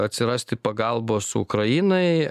atsirasti pagalbos ukrainai